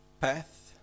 path